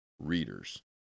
readers